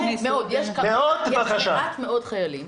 יש מעט מאוד חיילים